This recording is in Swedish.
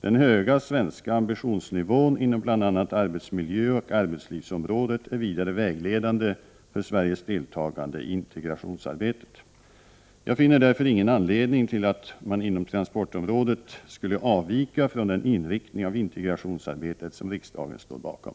Den höga svenska ambitionsnivån inom bl.a. arbetsmiljöoch arbetslivsområdet är vidare vägledande för Sveriges deltagande i integrationsarbetet. Jag finner därför ingen anledning till att man inom transportområdet skulle avvika från den inriktning av integrationsarbetet som riksdagen står bakom.